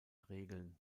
regeln